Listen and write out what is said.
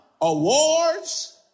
awards